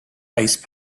ice